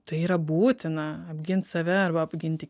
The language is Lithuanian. tai yra būtina apgint save arba apginti